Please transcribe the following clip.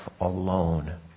alone